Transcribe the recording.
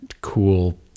cool